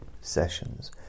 sessions